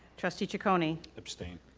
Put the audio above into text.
trustee ciccone. abstain.